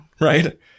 Right